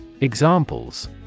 Examples